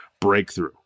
breakthrough